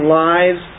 lives